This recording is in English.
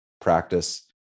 practice